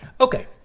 Okay